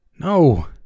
No